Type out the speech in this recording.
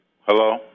Hello